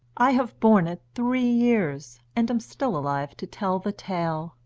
i have borne it three years, and am still alive to tell the tale